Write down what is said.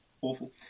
awful